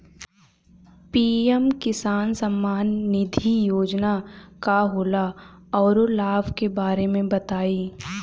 PM किसान सम्मान निधि योजना का होला औरो लाभ के बारे में बताई?